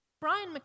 Brian